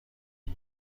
اون